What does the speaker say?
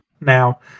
Now